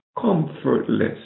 Comfortless